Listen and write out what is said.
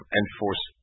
enforce